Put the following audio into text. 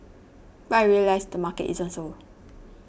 but I realised the market isn't so